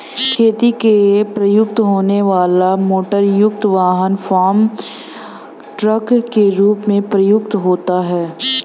खेती में प्रयुक्त होने वाला मोटरयुक्त वाहन फार्म ट्रक के रूप में प्रयुक्त होता है